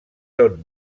són